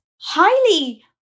highly